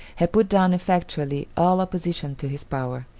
had put down effectually all opposition to his power,